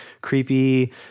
creepy